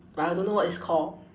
but I don't know what it's called